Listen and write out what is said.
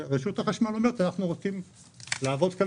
רשות החשמל אומרת: אנחנו רוצים לעבוד נכון